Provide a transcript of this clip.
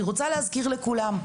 אני רוצה להזכיר לכולם,